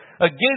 Again